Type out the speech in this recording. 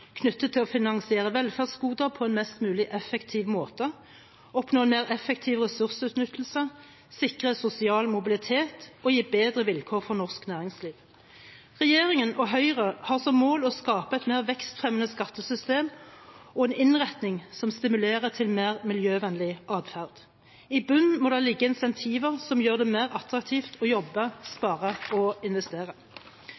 knyttet til å finansiere velferdsgoder på en mest mulig effektiv måte, oppnå en mer effektiv ressursutnyttelse, sikre sosial mobilitet og gi bedre vilkår for norsk næringsliv. Regjeringen og Høyre har som mål å skape et mer vekstfremmende skattesystem og en innretning som stimulerer til mer miljøvennlig adferd. I bunn må det ligge insentiver som gjør det mer attraktivt å jobbe, spare og investere.